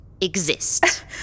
exist